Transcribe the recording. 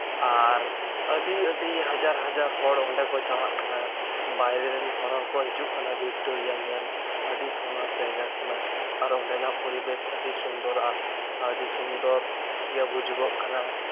ᱟᱨ ᱟᱹᱰᱤ ᱟᱹᱰᱤ ᱦᱟᱡᱟᱨ ᱦᱟᱡᱟᱨ ᱦᱚᱲ ᱚᱸᱰᱮ ᱠᱚ ᱪᱟᱞᱟᱜ ᱠᱟᱱᱟ ᱵᱟᱭᱨᱮ ᱨᱮᱱ ᱦᱚᱲ ᱦᱚᱸᱠᱚ ᱦᱤᱡᱩᱜ ᱠᱟᱱᱟ ᱵᱷᱤᱠᱴᱳᱨᱤᱭᱟ ᱧᱮᱞ ᱟᱹᱰᱤ ᱯᱷᱮᱹᱢᱟᱥ ᱡᱟᱭᱜᱟ ᱠᱟᱱᱟ ᱟᱨ ᱚᱸᱰᱮᱱᱟᱜ ᱯᱚᱨᱤᱵᱮᱹᱥ ᱟᱹᱰᱤ ᱥᱩᱱᱫᱚᱨᱟ ᱟᱹᱰᱤ ᱥᱩᱱᱫᱚᱨ ᱜᱮ ᱵᱩᱡᱩᱜᱚᱜ ᱠᱟᱱᱟ